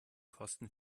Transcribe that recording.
kosten